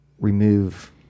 remove